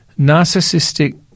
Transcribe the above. narcissistic